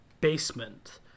basement